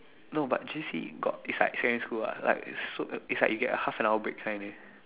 no but J_C got it's like secondary school lah like it's so it's like you get half an hour break kind eh